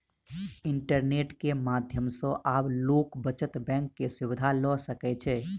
internet के माध्यम सॅ आब लोक बचत बैंक के सुविधा ल सकै छै